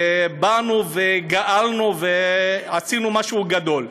באנו וגאלנו ועשינו משהו גדול.